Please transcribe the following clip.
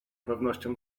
pewnością